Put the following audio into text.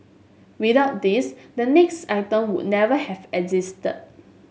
without this the next item would never have existed